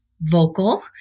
vocal